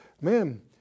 man